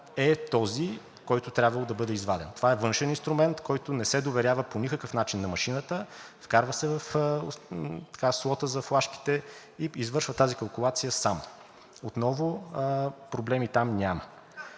е този, който е трябвало да бъде изваден. Това е външен инструмент, който не се доверява по никакъв начин на машината, вкарва се в слота за флашките и извършва тази калкулация сам. Отново проблеми там няма.